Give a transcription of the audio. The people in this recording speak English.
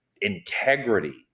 integrity